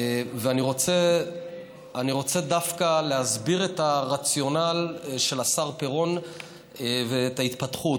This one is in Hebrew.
אני רוצה דווקא להסביר את הרציונל של השר פירון ואת ההתפתחות.